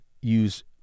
use